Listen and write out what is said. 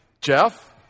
jeff